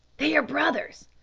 they are brothers.